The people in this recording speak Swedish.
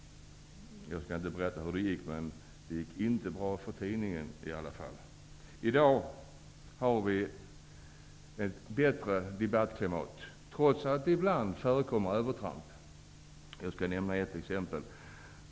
Jag skall inte berätta hur det gick, men jag kan säga att det inte gick bra för tidningen. I dag är debattklimatet bättre, trots att det ibland förekommer övertramp. Jag skall nämna ett exempel.